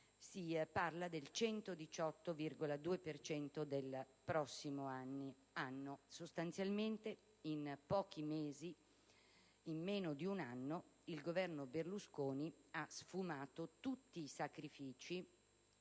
si parla del 118,2 per cento per il prossimo anno: sostanzialmente, in pochi mesi, in meno di un anno, il Governo Berlusconi ha fatto sfumare tutti i sacrifici